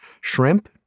Shrimp